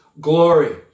glory